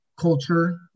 culture